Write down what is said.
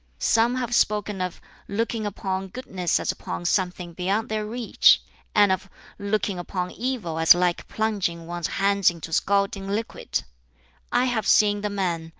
some have spoken of looking upon goodness as upon something beyond their reach and of looking upon evil as like plunging one's hands into scalding liquid i have seen the men,